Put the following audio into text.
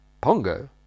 Pongo